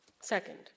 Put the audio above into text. Second